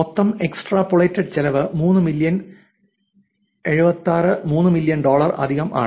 മൊത്തം എക്സ്ട്രാപോളേറ്റഡ് ചെലവ് 3 million 76 3 million dollar അധികം ആണ്